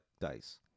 dice